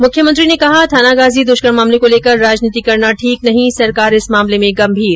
मुख्यमंत्री ने कहा थानागाजी दुष्कर्म मामले को लेकर राजनीति करना ठीक नहीं सरकार इस मामले में गंभीर